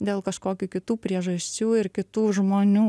dėl kažkokių kitų priežasčių ir kitų žmonių